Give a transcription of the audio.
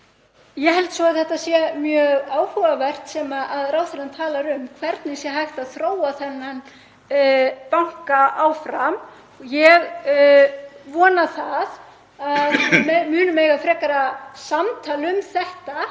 Ég held að þetta sé mjög áhugavert sem ráðherrann talar um, hvernig hægt sé að þróa þennan banka áfram. Ég vona að við munum eiga frekara samtal um þetta